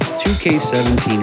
2K17